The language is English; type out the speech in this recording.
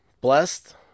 blessed